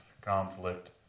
conflict